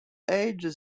aged